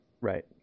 Right